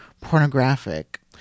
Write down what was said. pornographic